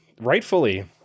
rightfully